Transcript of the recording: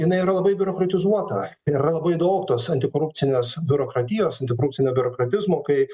jinai yra labai biurokratizuota ir labai daug tos antikorupcinės biurokratijos antikorupcinio biurokratizmo kai